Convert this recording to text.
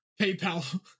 PayPal